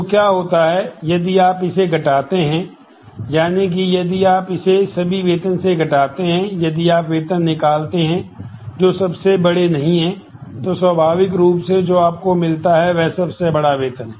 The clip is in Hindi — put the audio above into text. तो क्या होता है यदि आप इसे घटाते हैं यानी कि यदि आप इसे सभी वेतन से घटाते हैं यदि आप वेतन निकालते हैं जो सबसे बड़े नहीं है तो स्वाभाविक रूप से जो आपको मिलता है वह सबसे बड़ा वेतन है